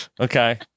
Okay